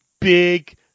big